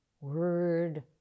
word